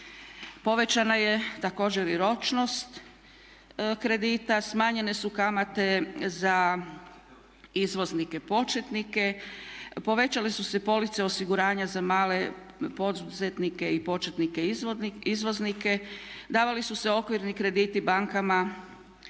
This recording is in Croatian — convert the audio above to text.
Povećana je također i ročnost kredita, smanjene su kamate za izvoznike početnike, povećale su se police osiguranja za male poduzetnike i početnike izvoznike, davali su se okvirni krediti bankama i